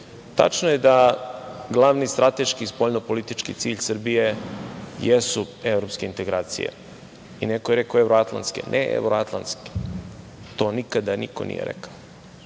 Tačno je da je glavni strateški i spoljno-politički cilj Srbije evropska integracija. Neko je rekao evroatlantske. Ne evroatlantske, to nikada niko nije rekao,